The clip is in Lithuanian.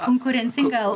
konkurencingą al